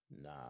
Nah